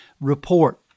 report